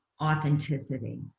authenticity